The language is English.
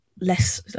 less